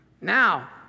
Now